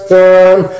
time